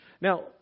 Now